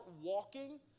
walking